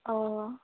অঁ